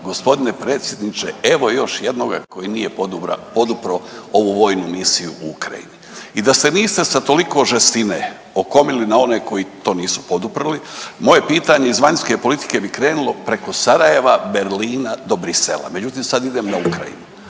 Gospodine predsjedniče evo još jednoga koji nije podupro ovu vojnu misiju u Ukrajini. I da se niste sa toliko žestine okomili na one koji to nisu poduprli moje pitanje iz vanjske politike bi krenulo preko Sarajeva, Berlina do Bruxellesa, međutim sad idem na Ukrajinu.